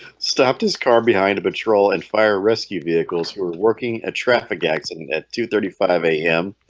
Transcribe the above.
stopped his car behind a patrol and fire rescue vehicles. we're working a traffic accident at two thirty five a m.